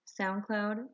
SoundCloud